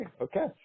okay